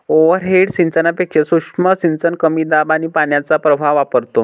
overhead सिंचनापेक्षा सूक्ष्म सिंचन कमी दाब आणि पाण्याचा प्रवाह वापरतो